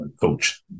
coach